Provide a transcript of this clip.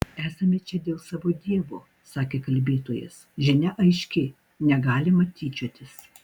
esame čia dėl savo dievo sakė kalbėtojas žinia aiški negalima tyčiotis